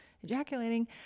ejaculating